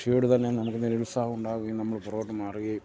തന്നെ നമുക്ക് നിരുത്സാഹം ഉണ്ടാവുകയും നമ്മൾ പുറകോട്ട് പോവുകയും